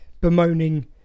bemoaning